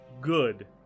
good